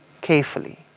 carefully